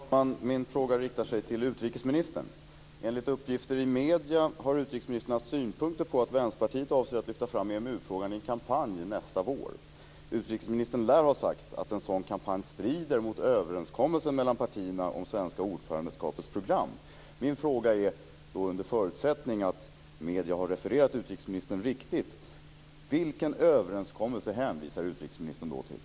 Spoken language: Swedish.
Fru talman! Min fråga riktar sig till utrikesministern. Enligt uppgifter i medierna har utrikesministern haft synpunkter på att Vänsterpartiet avser att lyfta fram EMU-frågan i en kampanj nästa vår. Utrikesministern lär ha sagt att en sådan kampanj strider mot överenskommelsen mellan partierna om det svenska ordförandeskapets program. Min fråga är - under förutsättning att medierna har refererat utrikesministern riktigt: Vilken överenskommelse hänvisar utrikesministern då till?